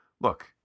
look